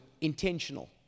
intentional